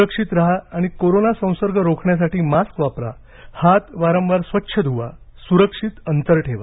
स्रक्षित राहा आणि कोरोना संसर्ग रोखण्यासाठी मास्क वापरा हात वारंवार स्वच्छ धुवा स्रक्षित अंतर ठेवा